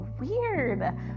weird